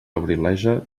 abrileja